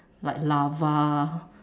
like lava